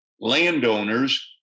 landowners